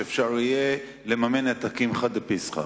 שאפשר יהיה לממן את הקמחא דפסחא.